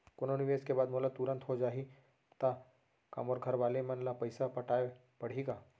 कोनो निवेश के बाद मोला तुरंत हो जाही ता का मोर घरवाले मन ला पइसा पटाय पड़ही का?